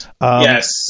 Yes